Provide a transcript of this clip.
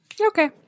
Okay